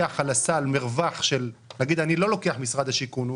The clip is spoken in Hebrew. נגיד אני לא לוקח משרד השיכון.